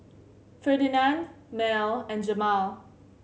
Ferdinand Mell and Jamal